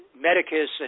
Medicus